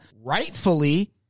rightfully